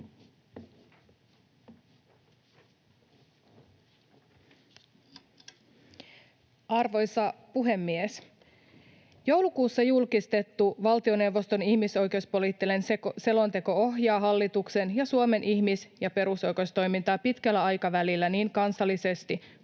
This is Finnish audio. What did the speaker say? Arvoisa puhemies! Joulukuussa julkistettu valtioneuvoston ihmisoikeuspoliittinen selonteko ohjaa hallituksen ja Suomen ihmis- ja perusoikeustoimintaa pitkällä aikavälillä niin kansallisesti